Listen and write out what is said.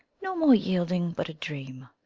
no more yielding but a dream,